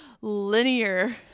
linear